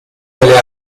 nelle